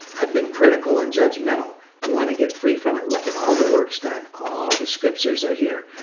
i've been critical and judgmental. you want to get free from it. look at all the work's done. all the scriptures are here.